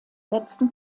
letzten